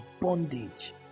bondage